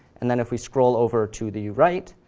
and then if we scroll over to the right,